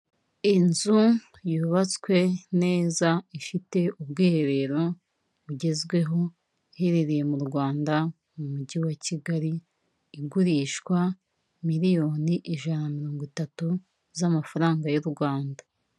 Inzu yubatswe neza ifite, ubwiherero bugezweho, iherereye mu Rwanda mu mujyi wa Kigali, igurishwa miliyoni ijana na mirongo itatu, z'amafaranga y'u Rwanda.